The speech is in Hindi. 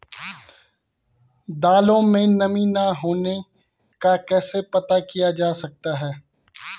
दालों में नमी न होने का कैसे पता किया जा सकता है?